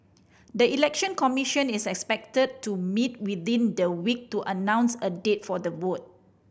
the Election Commission is expected to meet within the week to announce a date for the vote